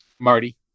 Marty